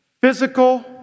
physical